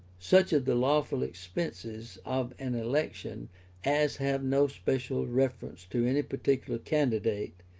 such of the lawful expenses of an election as have no special reference to any particular candidate,